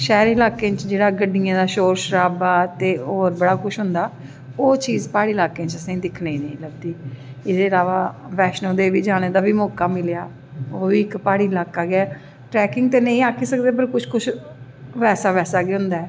शैह्री लाह्कें च जेह्का गड्डियें दा शोर शराबा ते होर बड़ा कुश होंदा ओह् चीज़ असेंगी प्हाड़ी लाह्कें च दिक्खनें गी नेंई लब्भदी एह्दे इलावा वैश्णो देवी जानें दा बी मौका मिलेआ ओह् बी प्हाड़ी लाह्का गै ऐ ट्रैकिंग ते नेंई आक्खी सकदे पर कुश कुश बैसा बैसा गै होंदा ऐ